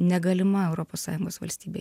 negalima europos sąjungos valstybėj